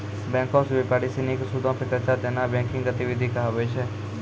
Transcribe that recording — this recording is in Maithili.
बैंको से व्यापारी सिनी के सूदो पे कर्जा देनाय बैंकिंग गतिविधि कहाबै छै